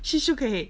she shook her head